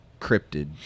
cryptid